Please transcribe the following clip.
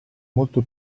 molto